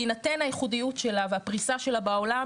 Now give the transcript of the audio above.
בהינתן הייחודיות שלה והפריסה שלה בעולם,